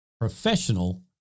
professional